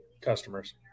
customers